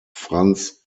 frans